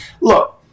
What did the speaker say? look